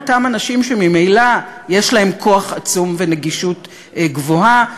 אותם אנשים שממילא יש להם כוח עצום ונגישות גבוהה,